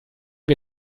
wir